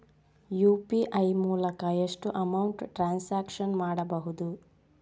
UPI ಮೂಲಕ ಎಷ್ಟು amount transaction ಮಾಡಬಹುದು?